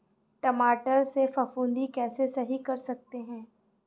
टमाटर से फफूंदी कैसे सही कर सकते हैं?